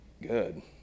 Good